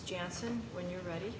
johnson when you're ready